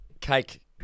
cake